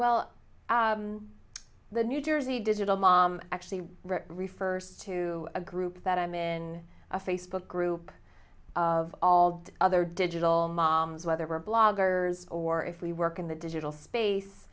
well the new jersey digital mom actually refers to a group that i'm in a facebook group of all the other digital moms whether we're bloggers or if we work in the digital space